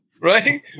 Right